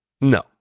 No